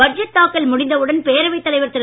budget தாக்கல் முடிந்தவுடன் பேரவைத் தலைவர் திரு